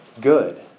good